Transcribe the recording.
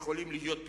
שיכולים להוות פתרון.